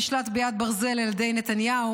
שנשלט ביד ברזל על ידי נתניהו,